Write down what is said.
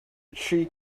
she